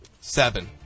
Seven